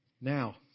Now